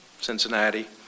Cincinnati